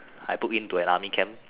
I book in to an army camp